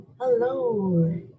Hello